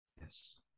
Yes